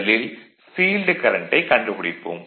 முதலில் ஃபீல்டு கரண்ட்டை கண்டுபிடிப்போம்